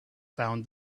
found